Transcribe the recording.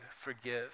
forgive